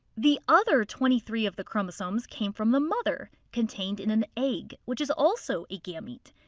the other twenty three of the chromosomes came from the mother, contained in an egg, which is also a gamete.